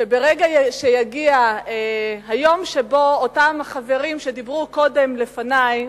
שיגיע היום שבו אותם חברים שדיברו קודם לפני,